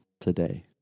today